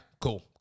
Cool